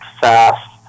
fast